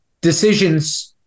decisions